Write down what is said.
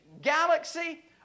galaxy